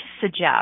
suggest